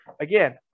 again